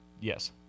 Yes